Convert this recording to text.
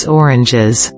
oranges